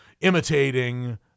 imitating